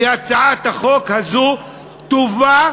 כי הצעת החוק הזאת תובא,